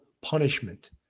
punishment